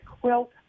quilt